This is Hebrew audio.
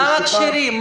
למה כשרים?